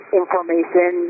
information